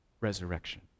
resurrection